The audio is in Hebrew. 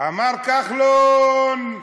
אמר כחלון: